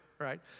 Right